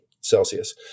Celsius